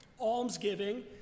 almsgiving